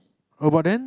oh but then